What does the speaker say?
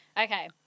okay